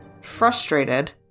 frustrated